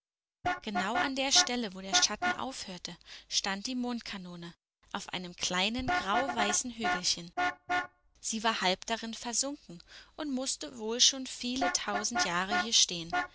genau an der stelle wo der schatten aufhörte stand die mondkanone auf einem kleinen grauweißen hügelchen sie war halb darin versunken und mußte wohl schon viele tausend jahre hier stehen